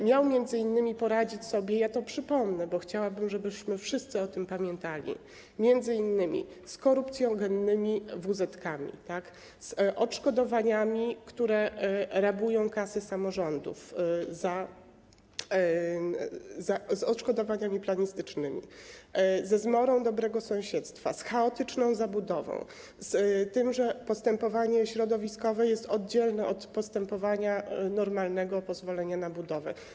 Miał on m.in. poradzić sobie - ja to przypomnę, bo chciałabym żebyśmy wszyscy o tym pamiętali - m.in. z korupcjogennymi tzw. wuzetkami, z odszkodowaniami, które rabują kasy samorządów, z odszkodowaniami planistycznymi, ze zmorą dobrego sąsiedztwa, z chaotyczną zabudową, z tym, że postępowanie środowiskowe jest oddzielne od normalnego postępowania pozwolenia na budowę.